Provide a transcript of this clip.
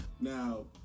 Now